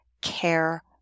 Care